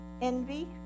envy